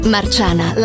Marciana